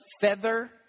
feather